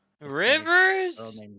Rivers